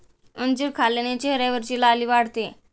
अंजीर खाल्ल्याने चेहऱ्यावरची लाली वाढते